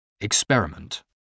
experiment